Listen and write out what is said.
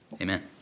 Amen